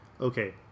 Okay